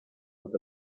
with